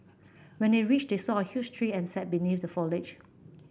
when they reached they saw a huge tree and sat beneath the foliage